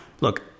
look